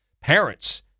Parents